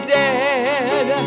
dead